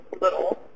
little